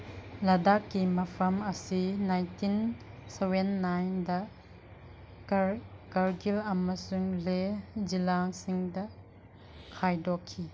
ꯂꯗꯥꯛꯀꯤ ꯃꯐꯝ ꯑꯁꯤ nineteen seven ꯅꯥꯏꯟꯗ ꯀꯔꯒꯤꯜ ꯑꯃꯁꯨꯡ ꯂꯩ ꯖꯤꯂꯥꯁꯤꯡꯗ ꯈꯥꯏꯗꯣꯛꯈꯤ